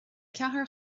ceathair